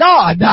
God